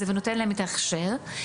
ונותן להם את ההכשר.